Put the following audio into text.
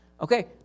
Okay